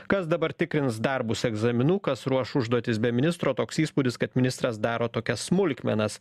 kas dabar tikrins darbus egzaminų kas ruoš užduotis be ministro toks įspūdis kad ministras daro tokias smulkmenas